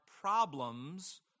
problems